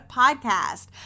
podcast